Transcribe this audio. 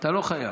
אתה לא חייב.